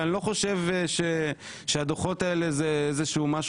ואני לא חושב שהדוחות האלה הם סודיים.